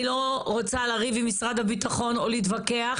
אני לא רוצה לריב עם משרד הביטחון או להתווכח.